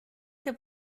que